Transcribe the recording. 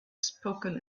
spoken